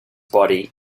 body